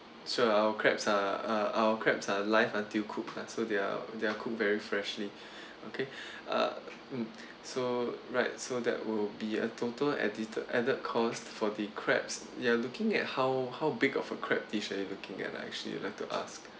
so our crabs are uh our crabs are live until cook lah so they are they are cook very freshly okay uh mm so right so that will be a total add~ added cost for the crabs you are looking at how how big of a crab dish are you looking at like actually I would like to ask